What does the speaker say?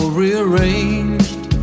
rearranged